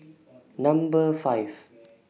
Number five